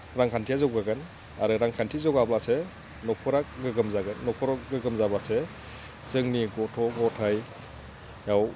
रांखान्थिया जौगागोन आरो रांखान्थि जौगाबासो न'खरा गोग्गोम जागोन न'खरा गोग्गोम जाबासो जोंनि गथ' गथाया